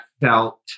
felt